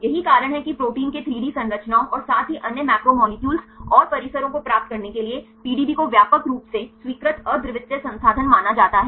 यही कारण है कि प्रोटीन के 3 डी संरचनाओं और साथ ही अन्य मैक्रोमोलेक्युलस और परिसरों को प्राप्त करने के लिए पीडीबी को व्यापक रूप से स्वीकृत अद्वितीय संसाधन माना जाता है